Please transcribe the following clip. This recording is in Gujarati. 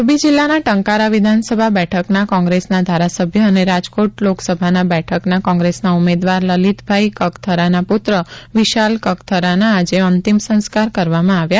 મોરબી જિલ્લાના ટંકારા વિધાનસભા બેઠકના કોંગ્રેસના ધારાસભ્ય અને રાજકોટ લોકસભાના બેઠકના કોંગ્રેસના ઉમેદવાર લલિતભાઈ કગથરાના પુત્ર વિશાલ કગથરાના આજે અંતિમ સંસ્કાર કરવામાં આવ્યા